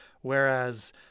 Whereas